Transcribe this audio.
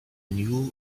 knew